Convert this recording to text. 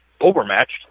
overmatched